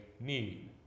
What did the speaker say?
need